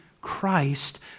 Christ